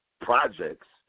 projects